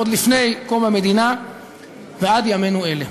עוד לפני קום המדינה ועד ימינו אלה.